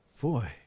boy